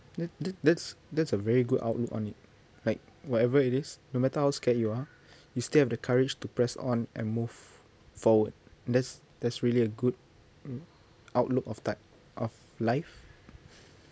that that that's that's a very good outlook on it like whatever it is no matter how scared you are you still have the courage to press on and move forward that's that's really a good outlook of type of life